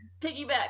piggyback